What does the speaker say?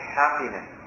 happiness